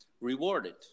rewarded